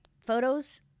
photos